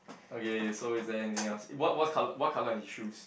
okay so is there anything else what what color what color are his shoes